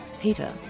Peter